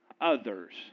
others